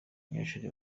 abanyeshuri